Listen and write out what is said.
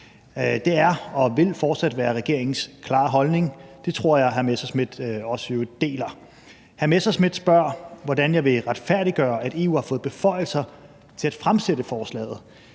Det er og vil fortsat være regeringens klare holdning. Det tror jeg i øvrigt også hr. Morten Messerschmidt deler. Hr. Morten Messerschmidt spørger, hvordan jeg vil retfærdiggøre, at EU har fået beføjelser til at fremsætte forslaget.